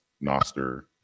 Noster